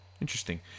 interesting